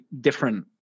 different